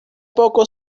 poco